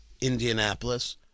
Indianapolis